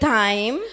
time